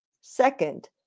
Second